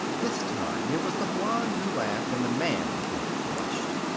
this time it was the blonde who laughed, and the man who flushed.